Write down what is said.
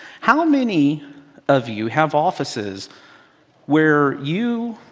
how many of you have offices where you,